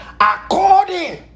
according